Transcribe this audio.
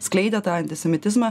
skleidė tą antisemitizmą